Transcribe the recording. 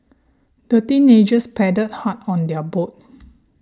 the teenagers paddled hard on their boat